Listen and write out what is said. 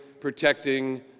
protecting